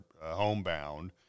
homebound